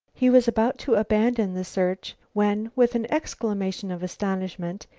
he was about to abandon the search when, with an exclamation of astonishment,